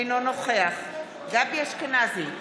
אינו נוכח גבי אשכנזי,